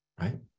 Right